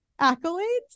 Accolades